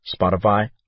Spotify